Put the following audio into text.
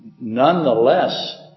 nonetheless